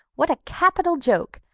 what a capital joke!